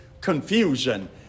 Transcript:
confusion